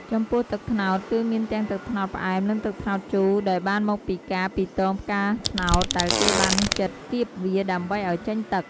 ចំពោះទឹកត្នោត គឺមានទាំង ទឹកត្នោតផ្អែម និងទឹកត្នោតជូរ ដែលបានមកពីការពីទងផ្កាត្នោតដែលគេបានចិតគៀបវាដើម្បីឱ្យចេញទឹក។